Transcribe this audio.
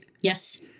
Yes